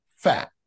fat